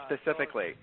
specifically